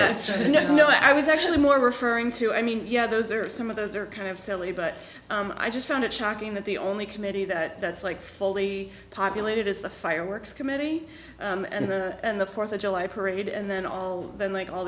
no no i was actually more referring to i mean yeah those are some of those are kind of silly but i just found it shocking that the only committee that that's like fully populated is the fireworks committee and the fourth of july parade and then all then like all